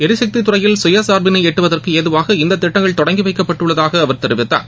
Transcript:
எரிசக்தி துறையில் சுயசார்பினை எட்டுவதற்கு ஏதுவாக இந்த திட்டங்கள் தொடங்கிவைக்கப்பட்டுள்ளதாக அவர் தெரிவித்தார்